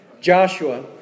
Joshua